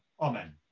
Amen